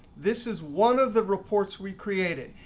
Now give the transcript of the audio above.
this is one of the reports we created.